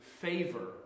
favor